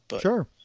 Sure